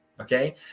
okay